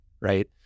right